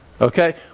okay